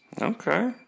Okay